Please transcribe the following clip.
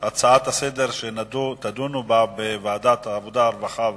דיון בהצעות לסדר-היום בוועדת העבודה והרווחה,